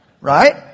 Right